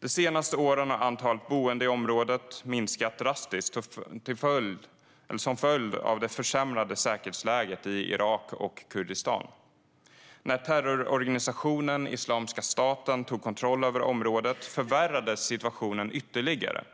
De senaste åren har antalet boende i området minskat drastiskt som en följd av det försämrade säkerhetsläget i Irak och Kurdistan. När terrororganisationen Islamiska staten tog kontroll över området förvärrades situationen ytterligare.